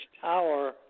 tower